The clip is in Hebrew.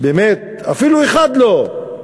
אפילו אחד לא.